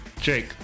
Jake